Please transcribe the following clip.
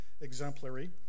exemplary